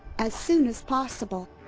as soon as possible.